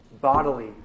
bodily